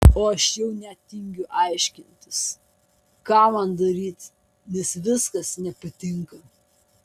o aš jau net tingiu aiškintis ką man daryti nes viskas nepatinka